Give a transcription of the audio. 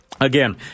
Again